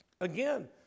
Again